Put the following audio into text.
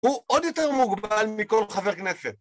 ‫הוא עוד יותר מוגבל מכל חבר כנסת.